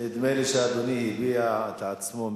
נדמה לי שאדוני הביע את עצמו מצוין.